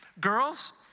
Girls